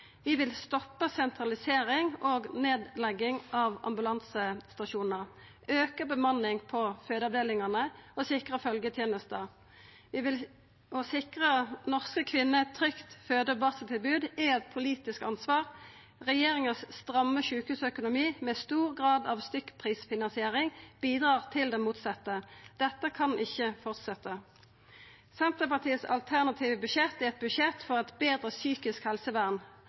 Vi vil stoppa sentralisering og nedlegging av ambulansestasjonar, auka bemanninga på fødeavdelingane og sikra følgjetenesta. Å sikra norske kvinner eit trygt føde- og barseltilbod er eit politisk ansvar. Regjeringa sin stramme sjukehusøkonomi – med stor grad av stykkprisfinansiering – bidreg til det motsette. Dette kan ikkje fortsetja. Senterpartiet sitt alternative budsjett er eit budsjett for eit betre psykisk helsevern,